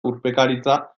urpekaritza